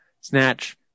Snatch